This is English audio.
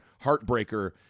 heartbreaker